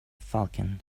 falcon